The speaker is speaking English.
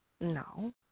No